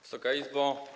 Wysoka Izbo!